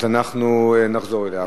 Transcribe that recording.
אנחנו נחזור אליה.